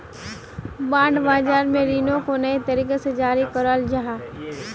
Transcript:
bond बाज़ार में रीनो को नए तरीका से जारी कराल जाहा